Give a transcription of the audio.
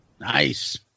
Nice